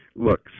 look